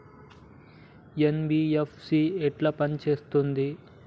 NBFC ఎట్ల పని చేత్తది?